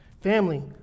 Family